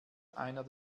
einer